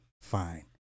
fine